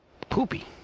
Poopy